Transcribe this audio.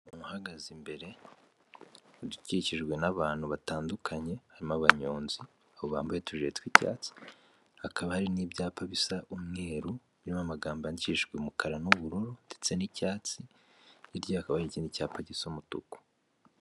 Umuntu uhagaze imbere undi ukikijwe n'abantu batandukanye harimo abanyonzi aho bambaye utujiri tw'icyatsi hakaba hari n'ibyapa bisa umweru birimo amagambo yandikishijwe umukara n'ubururu ndetse n'icyatsi, hirya hakaba hari ikindi cyapa gisa umutuku.